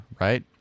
right